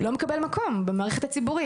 לא מקבל מקום במערכת הציבורית.